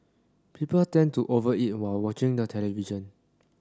people tend to over eat while watching the television